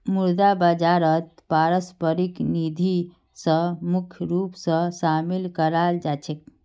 मुद्रा बाजारत पारस्परिक निधि स मुख्य रूप स शामिल कराल जा छेक